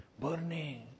burning